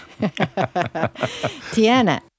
Tiana